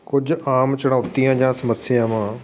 ਕੁਝ ਆਮ ਚੁਣੌਤੀਆਂ ਜਾਂ ਸਮੱਸਿਆਵਾਂ